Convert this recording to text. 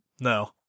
No